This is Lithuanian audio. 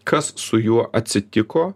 kas su juo atsitiko